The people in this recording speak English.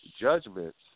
judgments